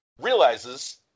realizes